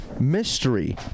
mystery